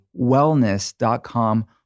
wellness.com